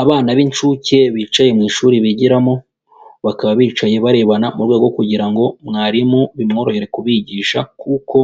Abana b'incuke bicaye mu ishuri bigiramo, bakaba bicaye barebana mu rwego kugira ngo mwarimu bimworohere kubigisha kuko